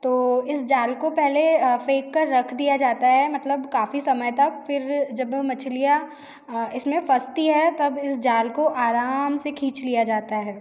तो इस जाल को पहले फेंक कर रख दिया जाता है मतलब काफ़ी समय तक फिर जब वो मछलियाँ इसमें फंसती है तब इस जाल को आराम से खींच लिया जाता है